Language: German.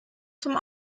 zum